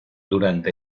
durante